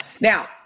Now